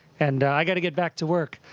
and i've got to get back to work,